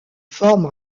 forme